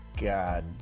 God